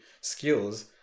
skills